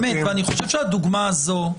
חושב שהדוגמה הזאת,